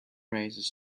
races